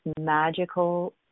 magical